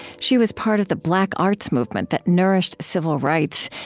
she was part of the black arts movement that nourished civil rights,